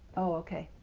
okay,